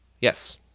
Yes